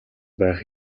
байх